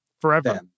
forever